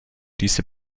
diese